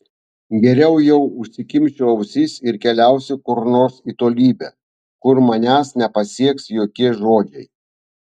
geriau jau užsikimšiu ausis ir keliausiu kur nors į tolybę kur manęs nepasieks jokie žodžiai